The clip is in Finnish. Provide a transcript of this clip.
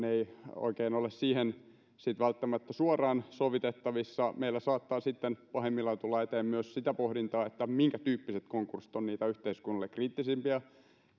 oikein ole siihen sitten välttämättä suoraan sovitettavissa meillä saattaa sitten pahimmillaan tulla eteen myös sitä pohdintaa että minkätyyppiset konkurssit ovat niitä yhteiskunnalle kriittisimpiä